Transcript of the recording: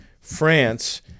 France